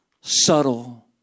subtle